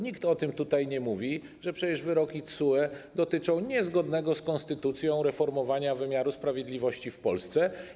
Nikt tutaj nie mówi o tym, że przecież wyroki TSUE dotyczą niezgodnego z konstytucją reformowania wymiaru sprawiedliwości w Polsce.